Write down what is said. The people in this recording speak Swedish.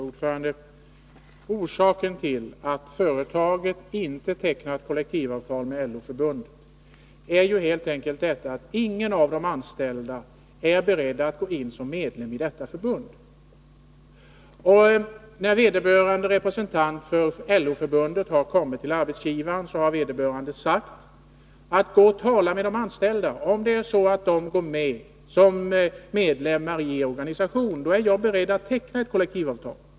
Herr talman! Orsaken till att företaget inte tecknat kollektivavtal med LO-förbundet är helt enkelt att ingen av de anställda är beredd att gå in som medlem i detta förbund. När vederbörande representant för LO-förbundet kommit till arbetsgivaren har denne sagt: Gå och tala med de anställda, och om det är så att de går med som medlemmar i er organisation, då är jag beredd att teckna kollektivavtal.